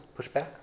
pushback